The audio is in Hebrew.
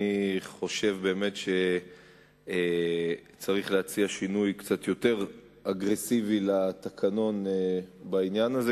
אני חושב באמת שצריך להציע שינוי קצת יותר אגרסיבי לתקנון בעניין הזה,